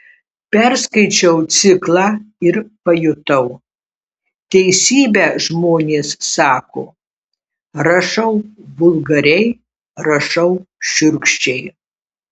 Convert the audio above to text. perskaičiau ciklą ir pajutau teisybę žmonės sako rašau vulgariai rašau šiurkščiai